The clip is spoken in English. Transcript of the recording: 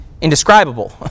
indescribable